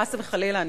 חס וחלילה.